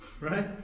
right